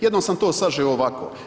Jednom sam to sažeo ovako.